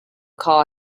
call